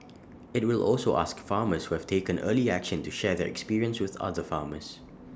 IT will also ask farmers who have taken early action to share their experience with other farmers